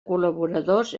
col·laboradors